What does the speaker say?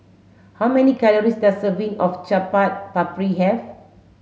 how many calories does a serving of Chaat Papri have